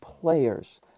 players